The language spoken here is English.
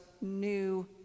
new